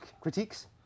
critiques